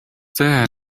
there